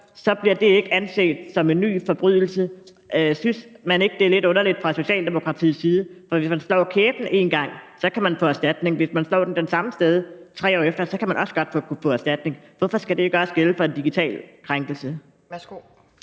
år efter, anset som en ny forbrydelse. Synes man ikke fra Socialdemokratiets side, at det er lidt underligt? For hvis man slår kæben én gang, kan man få erstatning. Hvis man slår den det samme sted 3 år efter, kan man også godt få erstatning. Hvorfor skal det ikke også gælde for en digital krænkelse? Kl.